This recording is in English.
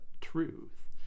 truth